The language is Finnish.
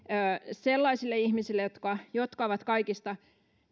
sellaisille ihmisille jotka ovat kaikista